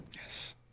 Yes